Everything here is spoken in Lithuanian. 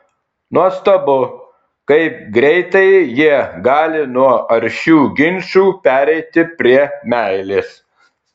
nuostabu kaip greitai jie gali nuo aršių ginčų pereiti prie meilės